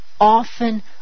often